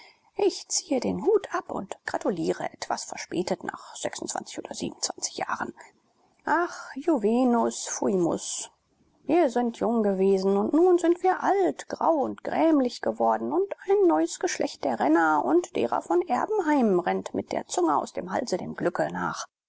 ich ziehe den hut ab und gratuliere etwas verspätet nach oder jahren ach juvenes fuimus wir sind jung gewesen und nun sind wir alt grau und grämlich geworden und ein neues geschlecht der renner und derer von erbenheim rennt mit der zunge aus dem halse dem glücke nach